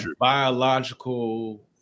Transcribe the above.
biological